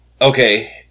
Okay